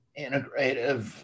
integrative